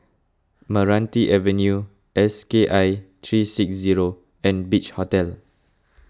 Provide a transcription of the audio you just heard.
Meranti Avenue S K I three six zero and Beach Hotel